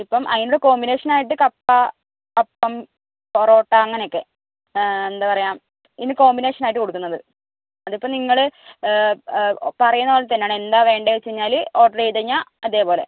ഇപ്പോൾ അതിന്റെ കോമ്പിനേഷനായിട്ട് കപ്പ അപ്പം പൊറോട്ട അങ്ങനെയൊക്കെ എന്താ പറയുക ഇതിന് കോമ്പിനേഷനായിട്ട് കൊടുക്കുന്നത് അതിപ്പോൾ നിങ്ങൾ പറയുന്നപോലെ തന്നെയാണ് എന്താ വേണ്ടതെന്ന് വെച്ച് കഴിഞ്ഞാൽ ഓർഡറ് ചെയ്ത് കഴിഞ്ഞാൽ അതേപോലെ